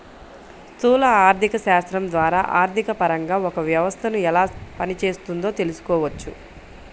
స్థూల ఆర్థికశాస్త్రం ద్వారా ఆర్థికపరంగా ఒక వ్యవస్థను ఎలా పనిచేస్తోందో తెలుసుకోవచ్చు